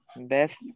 best